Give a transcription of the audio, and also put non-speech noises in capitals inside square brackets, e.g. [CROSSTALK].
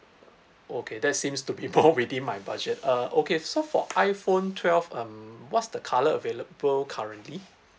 okay that seems to be [LAUGHS] more within my budget uh okay so for iphone twelve um what's the colour available currently